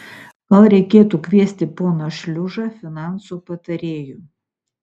gal reikėtų kviesti poną šliužą finansų patarėju